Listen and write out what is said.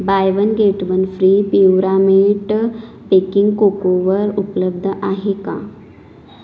bye one get one free प्युरामेट baking कोकोवर उपलब्ध आहे का